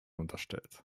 unterstellt